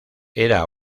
era